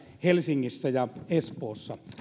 helsingissä ja espoossa